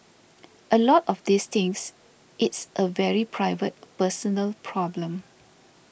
a lot of these things it's a very private personal problem